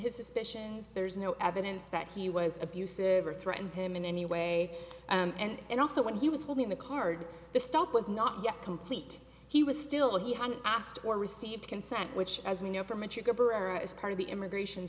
his suspicions there's no evidence that he was abusive or threatened him in any way and also when he was holding the card the stop was not yet complete he was still he hadn't asked or received consent which as we know from is part of the immigration